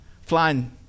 flying